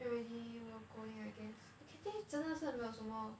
really worth going I guess Cathay 真的是没有什么